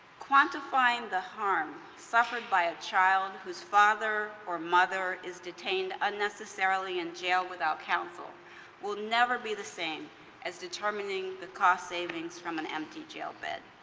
quantifying the harm suffered by a child whose father or mother is detained unnecessarily in jail without counsel will never be the same as determining the cost savings from an empty jail bed,